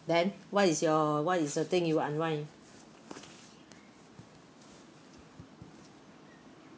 then what is your what is the thing you unwind